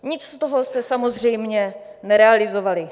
Nic z toho jste samozřejmě nerealizovali.